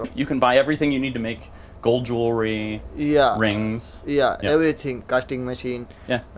you can buy everything you need to make gold jewelry. yeah. rings. yeah, everything casting machine. yeah.